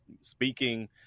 speaking